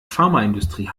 pharmaindustrie